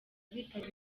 bitaba